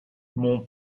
mon